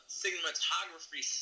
cinematography